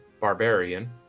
barbarian